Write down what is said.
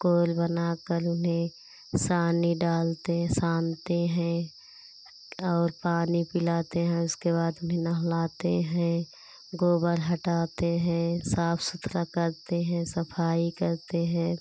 कोल बनाकर उन्हें सानी डालते हैं सानते हैं और पानी पिलाते हैं उसके बाद उन्हें नहलाते हैं गोबर हटाते हैं साफ़ सुथरा करते हैं सफ़ाई करते हैं